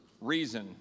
reason